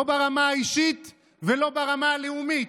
לא ברמה האישית ולא ברמה הלאומית.